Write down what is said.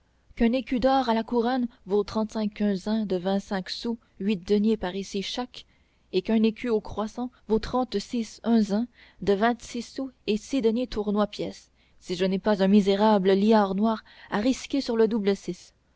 qu'un écu d'or à la couronne vaut trente-cinq unzains de vingt-cinq sous huit deniers parisis chaque et qu'un écu au croissant vaut trente-six unzains de vingt-six sous et six deniers tournois pièce si je n'ai pas un misérable liard noir à risquer sur le double six